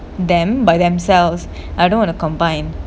them by themselves I don't wanna combine